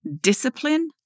discipline